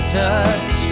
touch